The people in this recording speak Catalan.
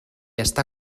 està